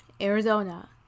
arizona